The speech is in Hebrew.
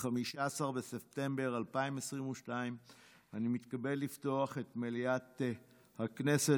15 בספטמבר 2022. אני מתכבד לפתוח את מליאת הכנסת.